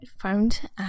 found